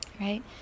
right